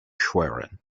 schwerin